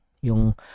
yung